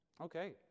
okay